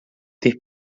ter